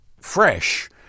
fresh